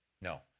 No